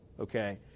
Okay